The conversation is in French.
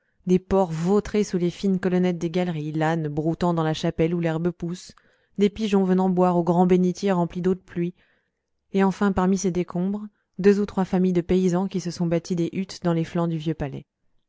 des porcs vautrés sous les fines colonnettes des galeries l'âne broutant dans la chapelle où l'herbe pousse des pigeons venant boire aux grands bénitiers remplis d'eau de pluie et enfin parmi ces décombres deux ou trois familles de paysans qui se sont bâti des huttes dans les flancs du vieux palais